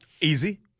Easy